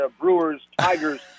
Brewers-Tigers